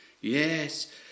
Yes